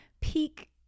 peak